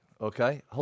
okay